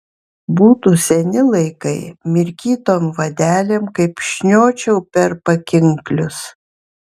būtų seni laikai mirkytom vadelėm kaip šniočiau per pakinklius